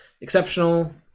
exceptional